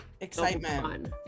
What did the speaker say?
Excitement